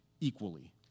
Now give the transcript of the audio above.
equally